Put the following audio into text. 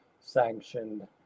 sanctioned